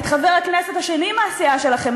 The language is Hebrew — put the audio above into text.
את חבר הכנסת השני מהסיעה שלכם,